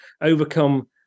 overcome